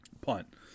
punt